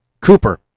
Cooper